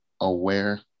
aware